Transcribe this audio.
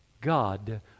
God